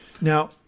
Now